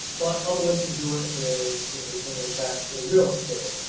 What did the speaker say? but other ways you do it is you know you can invest in real estate,